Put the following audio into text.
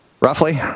roughly